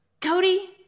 Cody